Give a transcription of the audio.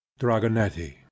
Dragonetti